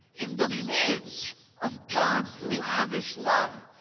in the midst of god's lavish love.